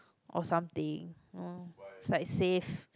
or something oh is like safe